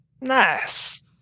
Nice